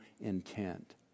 intent